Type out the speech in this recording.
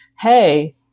hey